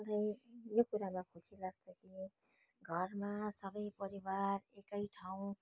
मलाई यो कुरामा खुसी लाग्छ कि घरमा सबै परिवार एकै ठाउँ